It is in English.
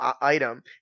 item